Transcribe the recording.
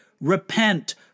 repent